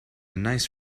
nice